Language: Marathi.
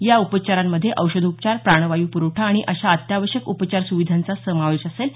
या उपचारांमध्ये औषधोपचार प्राणवायू पुरवठा आणि अशा अत्यावश्यक उपचार सुविधांचा समावेश असेल